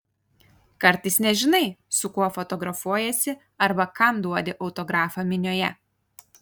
kartais nežinai su kuo fotografuojiesi arba kam duodi autografą minioje